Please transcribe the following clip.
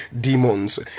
demons